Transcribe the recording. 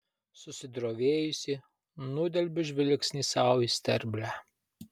susidrovėjusi nudelbiu žvilgsnį sau į sterblę